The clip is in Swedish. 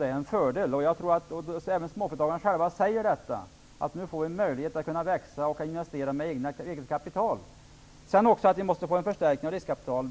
en fördel för dessa. Småföretagarna säger själva att de nu få möjligheter att växa genom att investera med eget kapital. Vi vet att de dessutom måste få ökad tillgång till riskkapital.